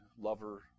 lover